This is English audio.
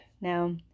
now